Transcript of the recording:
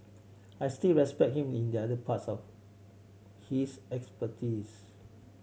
I still respect him in the other parts of his expertise